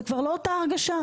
זה כבר לא אותה הרגשה,